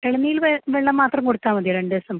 ഇളനീർ വെ വെള്ളം മാത്രം കൊടുത്താൽ മതിയോ രണ്ട് ദിവസം